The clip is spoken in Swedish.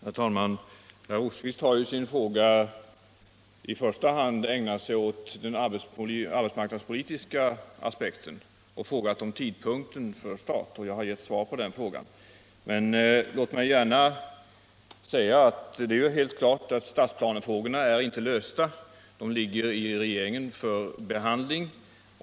Herr talman! Herr Rosqvist har i sin fråga i första hand ägnat sig åt den arbetsmarknadspolitiska aspekten och frågat om tidpunkten för start, och jag har svarat på detta. Men låt mig gärna säga att det är helt klart att stadsplanefrågorna inte är lösta. De ligger hos regeringen för behandling.